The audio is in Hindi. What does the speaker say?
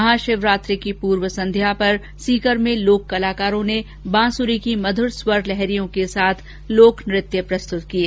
महाशिवरात्रि की पूर्व संध्या पर सीकर में लोक कलाकारों ने बांसुरी की मधुर स्वर लहरियों के साथ लोक नृत्य प्रस्तुत किये